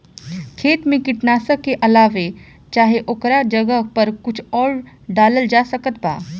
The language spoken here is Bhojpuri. खेत मे कीटनाशक के अलावे चाहे ओकरा जगह पर कुछ आउर डालल जा सकत बा?